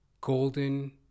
Golden